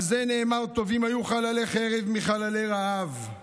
ועל זה נאמר: "טובים היו חללי חרב מחללי רעב";